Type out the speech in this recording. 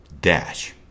Dash